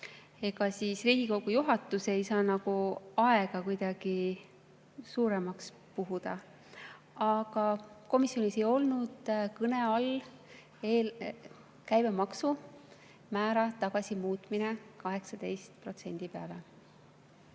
Ja ega Riigikogu juhatus ei saa nagu aega kuidagi suuremaks puhuda. Aga komisjonis ei olnud kõne all käibemaksumäära tagasimuutmine 18% peale.